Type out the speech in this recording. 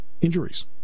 injuries